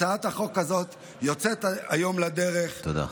הצעת החוק הזאת יוצאת היום לדרך, תודה.